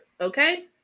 okay